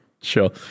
Sure